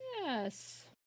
Yes